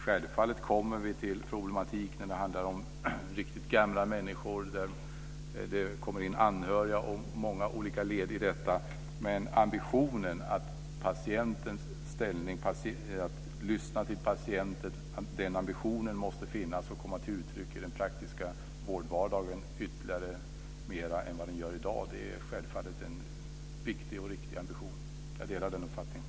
Självfallet kommer vi till problematik när det handlar om riktigt gamla människor och det kommer in anhöriga och många olika led i detta. Men ambitionen att lyssna till patienten måste finnas och komma till uttryck i den praktiska vårdvardagen ännu mer än vad den gör i dag. Det är självfallet en viktig och riktig ambition. Jag delar den uppfattningen.